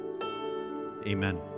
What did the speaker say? Amen